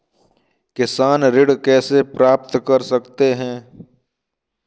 किसान ऋण कैसे प्राप्त कर सकते हैं?